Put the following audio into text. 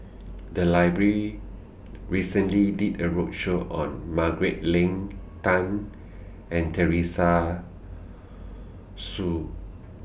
The Library recently did A roadshow on Margaret Leng Tan and Teresa Hsu